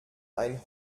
ein